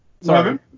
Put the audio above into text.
Sorry